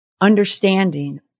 understanding